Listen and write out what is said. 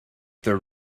their